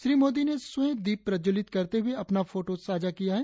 श्री मोदी ने स्वयं दीप प्रज्जवलित करते हए अपना फोटो साझा किया है